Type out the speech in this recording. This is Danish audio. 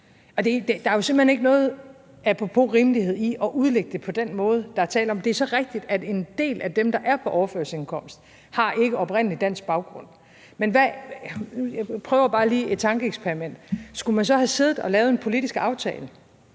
der er jo simpelt hen ikke nogen rimelighed – apropos – i at udlægge det på den måde, der er tale om her. Det er så rigtigt, at en del af dem, der er på overførselsindkomst, ikke har oprindelig dansk baggrund. Men, jeg prøver bare lige et tankeeksperiment, skulle man så have siddet og lavet en politisk aftale,